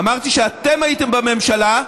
אמרתי שכשאתם הייתם בממשלה,